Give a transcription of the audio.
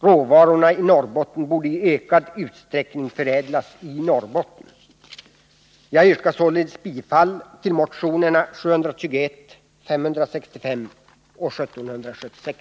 Råvarorna i Norrbotten borde i ökad omfattning förädlas i Norrbotten. Herr talman! Jag yrkar således bifall till motionerna 721, 565 och 1776.